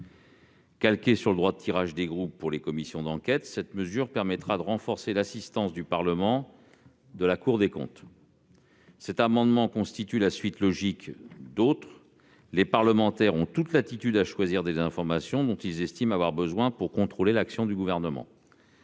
Calquée sur le droit de tirage des groupes concernant les commissions d'enquête, cette mesure permettra de renforcer l'assistance de la Cour des comptes au Parlement. Cette proposition se place dans la suite logique d'autres. Les parlementaires ont toute latitude pour choisir les informations dont ils estiment avoir besoin pour contrôler l'action du Gouvernement.